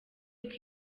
uko